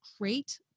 great